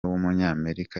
w’umunyamerika